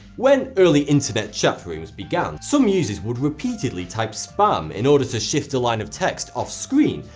when early internet chat rooms began, some users would repeatedly type spam in order to shift a line of text off-screen,